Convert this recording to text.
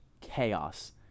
chaos